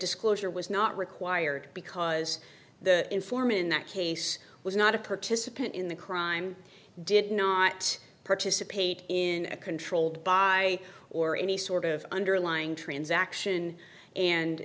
disclosure was not required because the informant in that case was not a participant in the crime did not participate in a controlled by or any sort of underlying transaction and